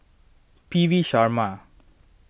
P V Sharma